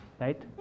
right